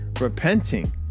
repenting